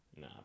Nah